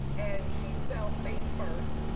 and she fell face first.